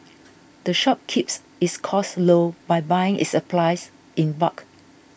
the shop keeps its costs low by buying its supplies in bulk